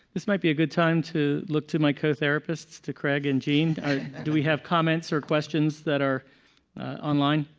this might be a good time to look to my cotherapist to craig and jean. do we have comments or questions that are online?